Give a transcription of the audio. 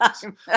time